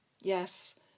Yes